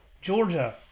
Georgia